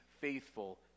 faithful